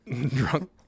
drunk